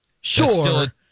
sure